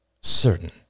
certain